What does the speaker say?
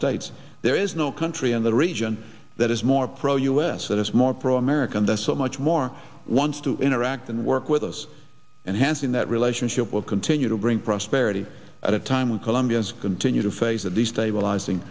states there is no country in the region that is more pro u s that is more pro american there's so much more wants to interact and work with us and hansen that relationship will continue to bring prosperity at a time when colombians continue to face of the stabilizing